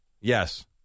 Yes